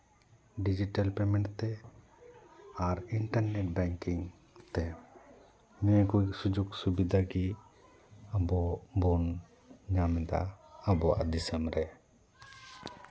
digital payment ᱛᱮ ᱟᱨ internet banking ᱛᱮ ᱱᱤᱭᱟᱹ ᱠᱚᱜᱮ ᱥᱩᱡᱳᱜᱽ ᱥᱩᱵᱤᱫᱷᱟ ᱜᱮ ᱟᱵᱚ ᱵᱚᱱ ᱧᱟᱢ ᱮᱫᱟ ᱟᱵᱚᱣᱟᱜ ᱫᱤᱥᱚᱢ ᱨᱮ